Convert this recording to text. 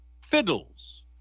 fiddles